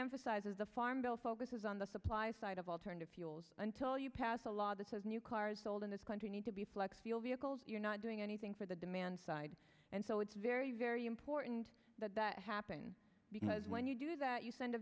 emphasize is the farm bill focuses on the supply side of alternative fuels until you pass a law that says new cars sold in this country need to be flex fuel vehicles you're not doing anything for the demand side and so it's very very important that that happen because when you do that you send a